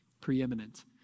Preeminent